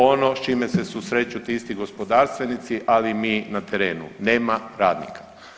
Ono s čime se susreću ti isti gospodarstvenici, ali i mi na terenu, nema radnika.